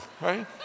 right